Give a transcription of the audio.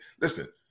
listen